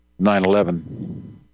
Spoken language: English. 9-11